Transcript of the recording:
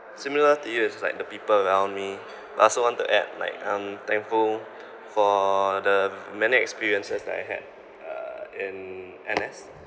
similar to you is also like the people around me but I also want to add like I'm thankful for the many experiences that I had uh in N_S